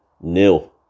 nil